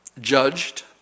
judged